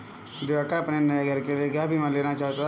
दिवाकर अपने नए घर के लिए गृह बीमा लेना चाहता है